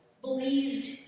believed